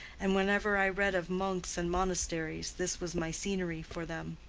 and whenever i read of monks and monasteries, this was my scenery for them.